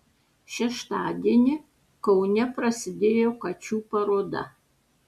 šeštadienį kaune prasidėjo kačių paroda